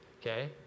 okay